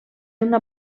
una